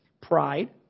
Pride